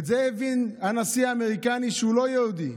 את זה הבין הנשיא האמריקני, שהוא לא יהודי,